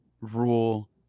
rule